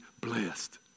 blessed